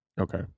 Okay